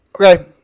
okay